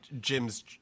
Jim's